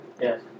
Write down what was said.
Yes